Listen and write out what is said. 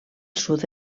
sud